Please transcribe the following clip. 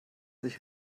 sich